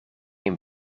een